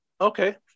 Okay